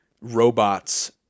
robots